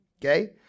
Okay